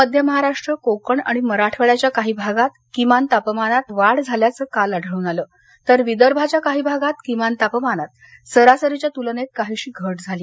मध्य महाराष्ट्र कोकण आणि मराठवाड्याच्या काही भागात किमान तापमानात वाढ झाल्याचं काल आढळून आलं तर विदर्भाच्या काही भागात किमान तापमानात सरासरीच्या तुलनेत काहीशी घट झाली